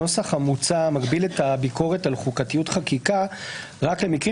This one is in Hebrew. הנוסח המוצע מגביל את הביקורת על חוקתיות חקיקה רק למקרים